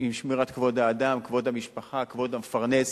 עם שמירת כבוד האדם, כבוד המשפחה, כבוד המפרנס,